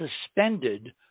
suspended